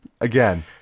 Again